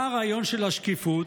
מה הרעיון של השקיפות?